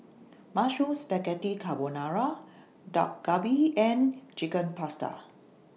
Mushroom Spaghetti Carbonara Dak Galbi and Chicken Pasta